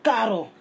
Caro